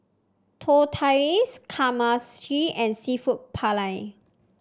Tortillas Kamameshi and seafood Paella